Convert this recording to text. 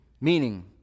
Meaning